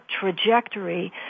trajectory